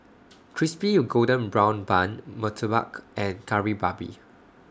Crispy Golden Brown Bun Murtabak and Kari Babi